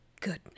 goodness